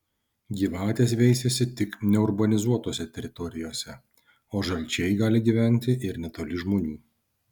gyvatės veisiasi tik neurbanizuotose teritorijose o žalčiai gali gyventi ir netoli žmonių